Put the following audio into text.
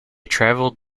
traveled